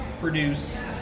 produce